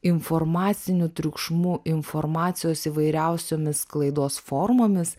informaciniu triukšmu informacijos įvairiausiomis sklaidos formomis